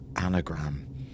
anagram